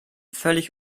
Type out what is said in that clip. völlig